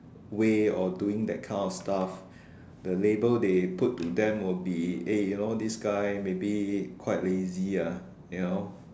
way of doing that kind of stuff the label they put to them will be eh you know this guy maybe quite lazy ah you know